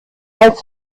als